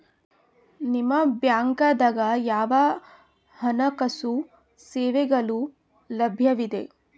ನಿಮ ಬ್ಯಾಂಕ ದಾಗ ಯಾವ ಹಣಕಾಸು ಸೇವೆಗಳು ಲಭ್ಯವಿದೆ?